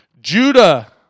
Judah